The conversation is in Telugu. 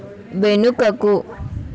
వెనుకకు